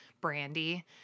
Brandy